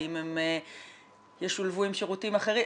האם הם ישולבו עם שירותים אחרים?